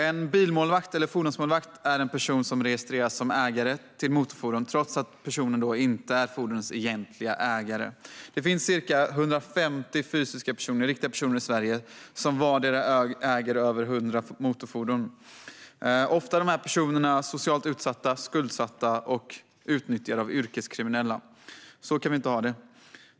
En bilmålvakt, eller fordonsmålvakt, är en person som registreras som ägare till ett motorfordon trots att personen inte är fordonets egentliga ägare. Det finns ca 150 fysiska, riktiga personer i Sverige som vardera äger över 100 motorfordon. Ofta är dessa personer socialt utsatta, skuldsatta och utnyttjade av yrkeskriminella. Så kan vi inte ha det.